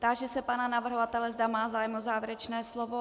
Táži se pana navrhovatele, zda má zájem o závěrečné slovo.